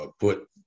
put